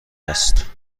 است